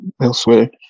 elsewhere